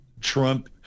Trump